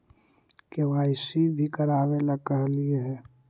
KYC भी करवावेला कहलिये हे?